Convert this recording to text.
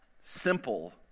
simple